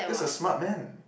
that's a smart man